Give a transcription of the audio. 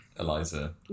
Eliza